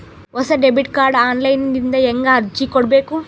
ಹೊಸ debit card online ದಿಂದ ಹೇಂಗ ಅರ್ಜಿ ಕೊಡಬೇಕು?